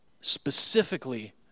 specifically